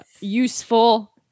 useful